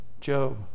Job